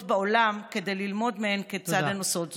בעולם כדי ללמוד מהן כיצד הן עושות זאת.